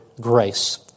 grace